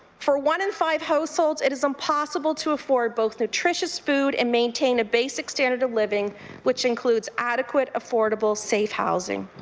for one in five households, it is impossible to afford both nutritious food and maintain a basic standard of living which includes adequate affordable safe housing.